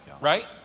right